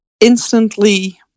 instantly